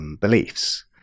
beliefs